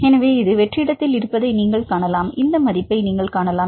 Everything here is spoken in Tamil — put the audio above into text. எனவே இது வெற்றிடத்தில் இருப்பதை நீங்கள் காணலாம் இந்த மதிப்பை நீங்கள் காணலாம்